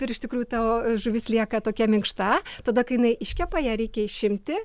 ir iš tikrųjų tavo žuvis lieka tokia minkšta tada kai jinai iškepa ją reikia išimti